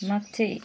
मागचे